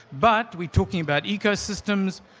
but we're talking about ecosystems.